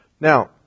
Now